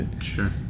Sure